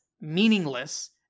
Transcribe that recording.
meaningless